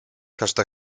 każda